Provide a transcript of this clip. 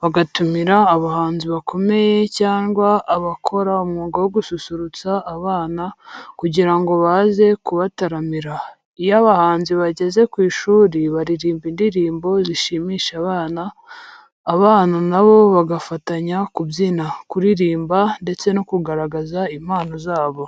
bagatumira abahanzi bakomeye cyangwa abakora umwuga wo gususurutsa abana, kugira ngo baze kubataramira. Iyo abahanzi bageze ku ishuri baririmba indirimbo zishimisha abana, abana na bo bagafatanya kubyina, kuririmba ndetse no kugaragaza impano zabo.